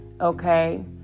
Okay